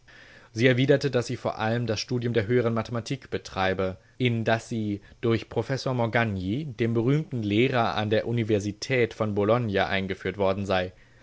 sie erwiderte daß sie vor allem das studium der höhern mathematik betreibe in das sie durch professor morgagni den berühmten lehrer an der universität von bologna eingeführt worden sei